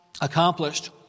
accomplished